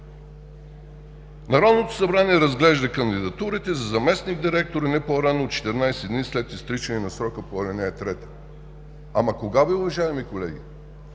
Народното събрание разглежда кандидатурите за заместник-директори не по-рано от 14 дни след изтичане на срока по ал. 3. Но кога, уважаеми колеги?!